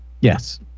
Yes